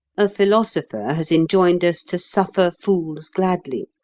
a philosopher has enjoined us to suffer fools gladly.